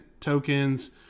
tokens